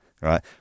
right